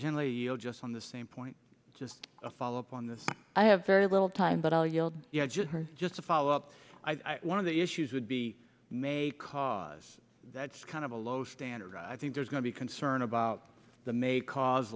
generally oh just on the same point just a follow up on this i have very little time but i'll yield just a follow up i one of the issues would be may cause that's kind of a low standard i think there's going to be concern about the may cause